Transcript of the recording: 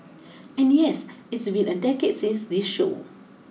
and yes it's been a decade since this show